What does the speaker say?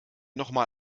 nochmal